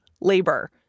labor